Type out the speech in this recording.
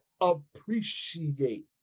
appreciate